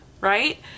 right